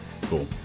Cool